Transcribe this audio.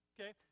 okay